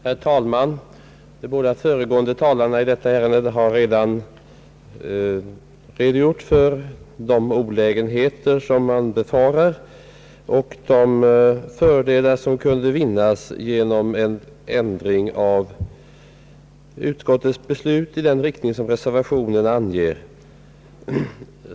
Herr talman! De båda föregående talarna i detta ärende har redan redogjort för de olägenheter som man befarar och de fördelar som kunde vinnas genom en ändring av utskottets förslag i den riktning som reservationen anger.